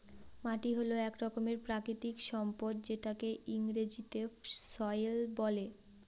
মাটি হল এক রকমের প্রাকৃতিক সম্পদ যেটাকে ইংরেজিতে সয়েল বলে